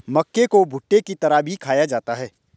मक्के को भुट्टे की तरह भी खाया जाता है